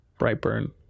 Brightburn